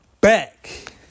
back